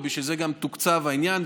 ובשביל זה גם תוקצב העניין,